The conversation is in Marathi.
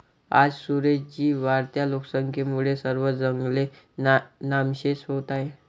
आज सुरेश जी, वाढत्या लोकसंख्येमुळे सर्व जंगले नामशेष होत आहेत